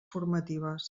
formatives